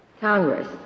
Congress